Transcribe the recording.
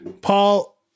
paul